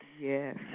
Yes